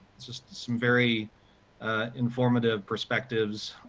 this is some very informative perspectives,